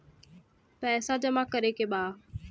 पैसा जमा करे के बा?